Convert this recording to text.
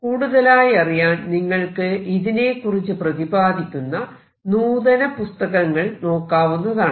കൂടുതലായി അറിയാൻ നിങ്ങൾക്ക് ഇതിനെകുറിച്ച് പ്രതിപാദിക്കുന്ന നൂതന പുസ്തകങ്ങൾ നോക്കാവുന്നതാണ്